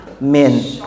men